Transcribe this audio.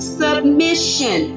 submission